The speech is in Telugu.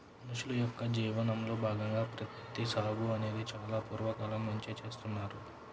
మనుషుల యొక్క జీవనంలో భాగంగా ప్రత్తి సాగు అనేది చాలా పూర్వ కాలం నుంచే చేస్తున్నారు